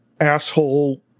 asshole